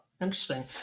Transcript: interesting